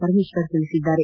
ಪರಮೇತ್ವರ್ ತಿಳಿಸಿದ್ದಾರೆ